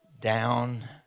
down